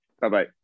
Bye-bye